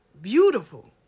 beautiful